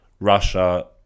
Russia